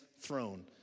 throne